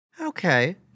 Okay